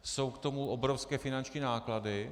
Jsou k tomu obrovské finanční náklady.